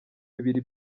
bibiri